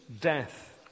death